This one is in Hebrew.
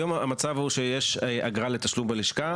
היום המצב הוא שיש אגרה לתשלום בלשכה,